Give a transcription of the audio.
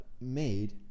made